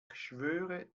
schwöre